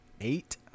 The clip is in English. Eight